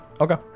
Okay